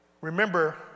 Remember